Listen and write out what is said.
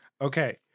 Okay